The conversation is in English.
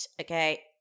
Okay